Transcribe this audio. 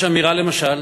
יש אמירה, למשל,